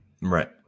right